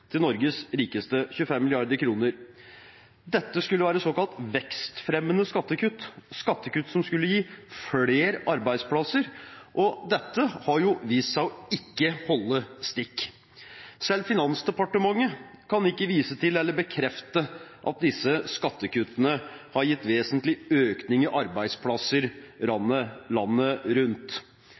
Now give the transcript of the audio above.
til Norges rikeste – 25 mrd. kr. Dette skulle være såkalt vekstfremmende skattekutt, skattekutt som skulle gi flere arbeidsplasser. Dette har vist seg ikke å holde stikk. Selv Finansdepartementet kan ikke vise til eller bekrefte at disse skattekuttene har gitt vesentlig økning i antallet arbeidsplasser landet rundt.